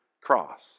cross